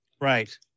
Right